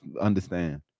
understand